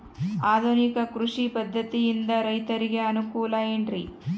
ಆಧುನಿಕ ಕೃಷಿ ಪದ್ಧತಿಯಿಂದ ರೈತರಿಗೆ ಅನುಕೂಲ ಏನ್ರಿ?